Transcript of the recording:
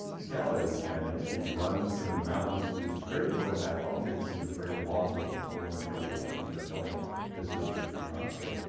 kelley panics, he runs into the mountains. and but he's afraid to go back home because he's afraid the law is looking for him and he'll be hanged for killing his sister's fiance.